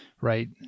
right